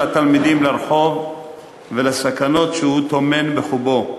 התלמידים לרחוב ולסכנות שהוא טומן בחובו,